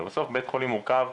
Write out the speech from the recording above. אבל בסוף בית חולים מורכב,